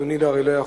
הרי,